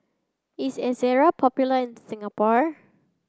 is Ezerra popular in Singapore